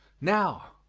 now,